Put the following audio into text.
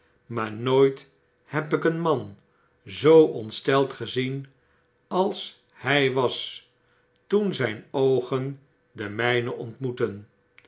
maar nooitheb ik een man zoo ontsteld gezien als hij was toen zyn oogen de myne ontmoetten